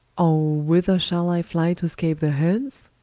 ah, whither shall i flye, to scape their hands?